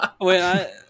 Wait